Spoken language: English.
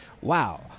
Wow